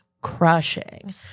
crushing